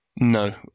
no